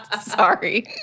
Sorry